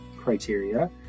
criteria